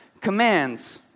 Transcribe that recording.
commands